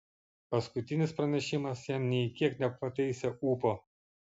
paskutinis pranešimas jam nė kiek nepataisė ūpo